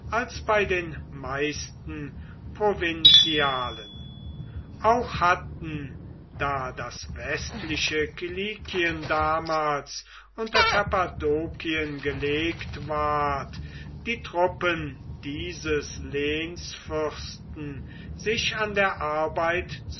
als bei den meisten provinzialen auch hatten da das westliche kilikien damals unter kappadokien gelegt ward die truppen dieses lehnsfürsten sich an der arbeit